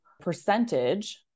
percentage